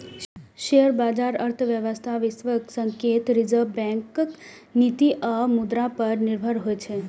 share बाजार अर्थव्यवस्था, वैश्विक संकेत, रिजर्व बैंकक नीति आ मुद्रा पर निर्भर होइ छै